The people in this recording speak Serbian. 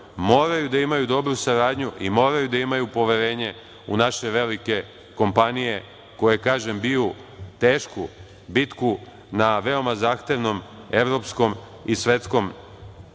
Moraju da imaju dobru saradnju i moraju da imaju poverenje u naše velike kompanije koje, kažem, biju tešku bitku na veoma zahtevnom evropskom i svetskom